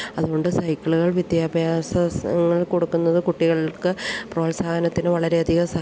അതുകൊണ്ടു സൈക്കിളുകൾ വിദ്യാഭ്യാസങ്ങൾ കൊടുക്കുന്നതു കുട്ടികൾക്ക് പ്രോത്സാഹനത്തിനു വളരെയധികം സഹായിക്കും